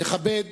נכבד